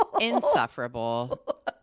insufferable